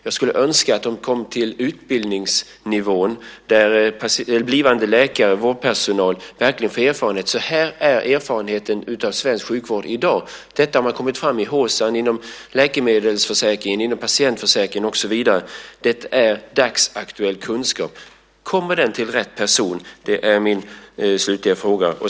Jag skulle önska att de kom till utbildningsnivån så att blivande läkare och vårdpersonal verkligen får veta: Så här är erfarenheten i svensk sjukvård i dag. Detta har man kommit fram till i Hsan, inom läkemedelsförsäkringen, inom patientförsäkringen, och så vidare. Det är dagsaktuell kunskap. Kommer den kunskapen till rätt person? Det är min slutliga fråga.